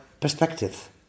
perspective